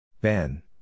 Ben